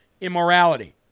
immorality